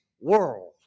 world